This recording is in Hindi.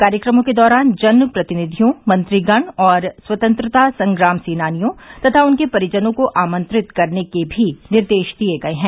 कार्यक्रमों के दौरान जन प्रतिनिधियों मंत्रीगण और स्वतंत्रता संग्राम सेनानियों तथा उनके परिजनों को आमंत्रित करने के भी निर्देश दिये गये हैं